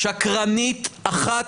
שקרנית אחת,